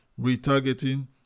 retargeting